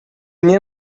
nie